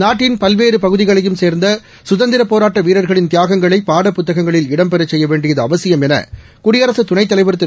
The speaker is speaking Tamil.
நாட்டின் பல்வேறுபகுதிகளையும் சேர்ந்தசுதந்திரப் போராட்டவீரர்களின் தியாகங்களைபாடப் புத்தகங்களில் இடம்பெறச் செய்யவேண்டியதுஅவசியம் எனகுடியரசுதுணைத் தலைவர் திரு